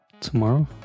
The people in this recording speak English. tomorrow